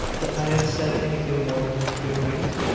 that i had said anything more than good night!